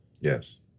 Yes